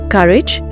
Courage